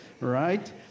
right